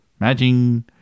Imagine